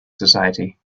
society